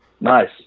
Nice